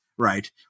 right